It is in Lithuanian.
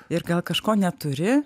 ir gal kažko neturi